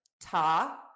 Ta